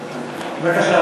זכור לי.